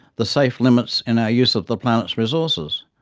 the safe limits in our use of the planet's resources.